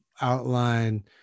outline